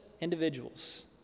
individuals